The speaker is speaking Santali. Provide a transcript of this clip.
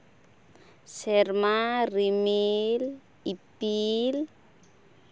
ᱥᱮᱨᱢᱟ ᱨᱤᱢᱤᱞ ᱤᱯᱤᱞ